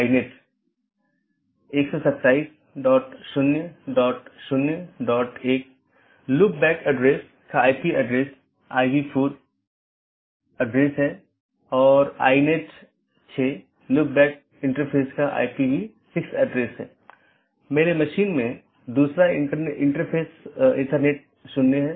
संचार में BGP और IGP का role BGP border gateway protocol और IGP इंटरनेट गेटवे प्रोटोकॉल